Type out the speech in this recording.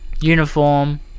Uniform